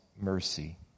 mercy